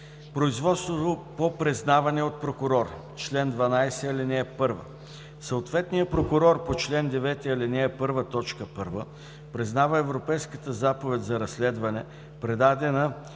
„Производство по признаване от прокурор Чл. 12. (1) Съответният прокурор по чл. 9, ал. 1, т. 1 признава Европейската заповед за разследване, предадена